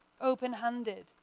Open-handed